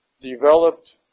developed